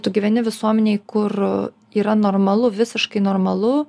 tu gyveni visuomenėj kur yra normalu visiškai normalu